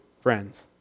friends